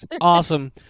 Awesome